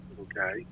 okay